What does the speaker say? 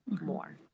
more